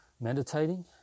Meditating